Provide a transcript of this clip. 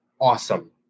awesome